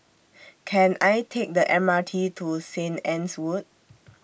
Can I Take The M R T to Saint Anne's Wood